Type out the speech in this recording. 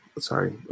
sorry